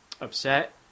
upset